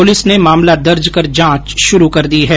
police ने मामला दर्ज कर जांच शुरू कर दी है